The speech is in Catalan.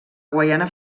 guaiana